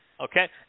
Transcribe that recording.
Okay